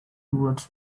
towards